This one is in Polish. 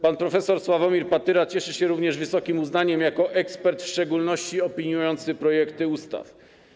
Pan prof. Sławomir Patyra cieszy się również wysokim uznaniem jako ekspert w szczególności opiniujący projekty ustaw.